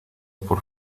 por